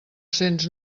cents